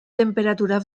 temperatura